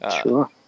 Sure